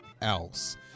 else